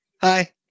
hi